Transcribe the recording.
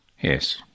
Yes